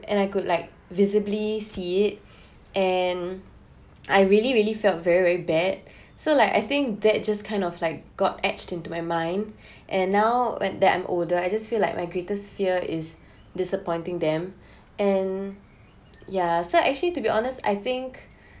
and I could like visibly see it and I really really felt very very bad so like I think that just kind of like got etched into my mind and now when that I'm older I just feel like my greatest fear is disappointing them and yeah so actually to be honest I think